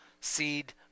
seed